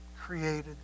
created